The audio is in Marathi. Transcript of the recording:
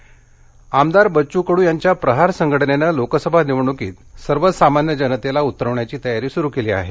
यवतमाळ आमदार बच्चू कडू यांच्या प्रहार संघटनेनं लोकसभा निवडणुकीत सर्वसामान्य जनतेला उतरवण्याची तयारी सुरू केली आहे